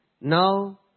Now